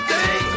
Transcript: day